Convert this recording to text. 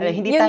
Hindi